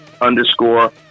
underscore